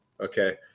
okay